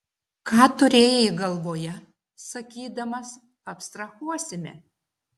ką turėjai galvoje sakydamas abstrahuosime